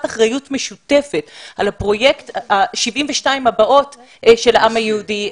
אחריות משותפת על הפרויקט של 72 השנים הבאות של העם היהודי.